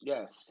Yes